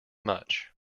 much